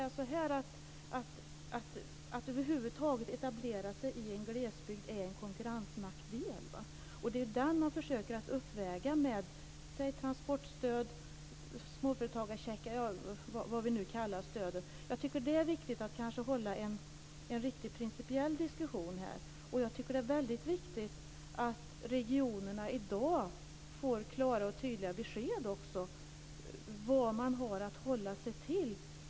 Att över huvud taget etablera sig i en glesbygd är en konkurrensnackdel. Det är den man försöker att uppväga med transportstöd, småföretagarcheckar eller vad vi nu kallar stöden. Det är viktigt att ha en principiell diskussion här. Det är väldigt viktigt att regionerna i dag får klara och tydliga besked om vad de har att hålla sig till.